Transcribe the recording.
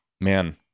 man